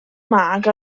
mag